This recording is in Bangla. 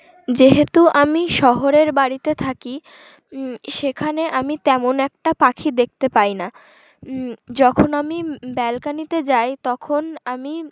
যেহেতু আমি শহরের বাড়িতে থাকি সেখানে আমি তেমন একটা পাখি দেখতে পাই না যখন আমি ব্যালকানিতে যাই তখন আমি